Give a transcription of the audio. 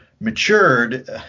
matured